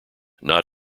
not